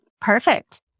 perfect